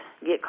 get